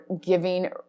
giving